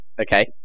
Okay